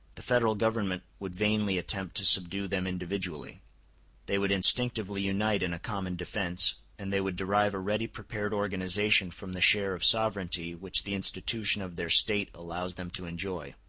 the federal government would vainly attempt to subdue them individually they would instinctively unite in a common defence, and they would derive a ready-prepared organization from the share of sovereignty which the institution of their state allows them to enjoy.